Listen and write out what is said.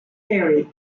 ferry